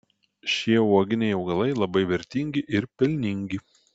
šie uoginiai augalai labai vertingi ir pelningi